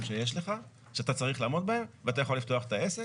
שאתה צריך לעמוד בהם ואתה יכול לפתוח את העסק.